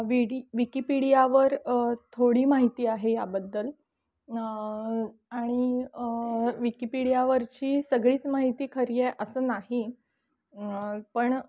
विडी विकिपिडियावर थोडी माहिती आहे याबद्दल आणि विकिपिडियावरची सगळीच माहिती खरी आहे असं नाही पण